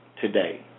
today